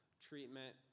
treatment